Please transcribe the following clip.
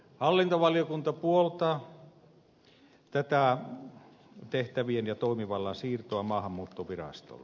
hallintovaliokunta puoltaa tä tä tehtävien ja toimivallan siirtoa maahanmuuttovirastolle